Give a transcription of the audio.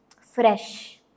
fresh